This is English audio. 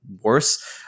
worse